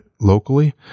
locally